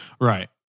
Right